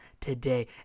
today